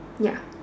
ya